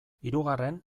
hirugarren